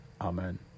amen